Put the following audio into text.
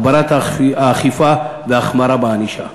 הגברת האכיפה והחמרה בענישה,